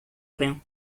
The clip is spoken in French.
rien